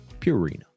Purina